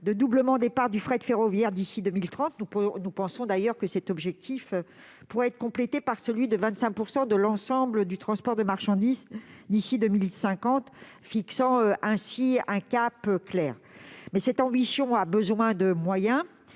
de doublement de la part du fret ferroviaire d'ici à 2030. Nous pensons d'ailleurs que cet objectif pourrait être complété par celui de 25 % de l'ensemble du transport de marchandises d'ici à 2050, fixant ainsi un cap clair. Cette ambition a toutefois besoin de moyens.